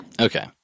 Okay